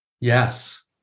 Yes